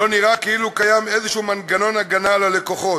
לא נראה כאילו קיים איזשהו מנגנון הגנה על הלקוחות,